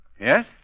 Yes